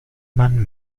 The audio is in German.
man